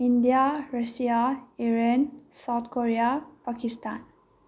India Russia Iran South Korea Pakistan